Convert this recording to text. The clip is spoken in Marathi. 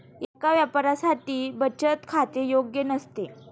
एका व्यापाऱ्यासाठी बचत खाते योग्य नसते